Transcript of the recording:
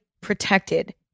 protected